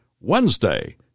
Wednesday